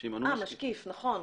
אה משקיף, נכון.